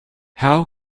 how